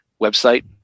website